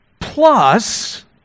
plus